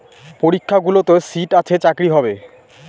পরীক্ষাগুলোতে সিট আছে চাকরি হবে